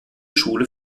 schule